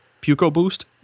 PucoBoost